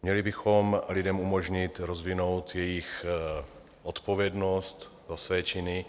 Měli bychom lidem umožnit rozvinout jejich odpovědnost za své činy.